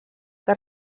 que